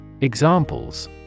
Examples